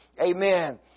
Amen